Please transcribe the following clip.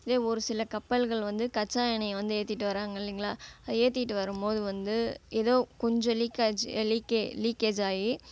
இது ஒரு சில கப்பல்கள் வந்து கச்சா எண்ணெயை வந்து ஏற்றிட்டு வராங்க இல்லைங்களா அது ஏற்றிட்டு வரும் போது வந்து ஏதோ கொஞ்சம் லீக் ஆயிருச்சு லீக்கே லீக்கேஜ் ஆகி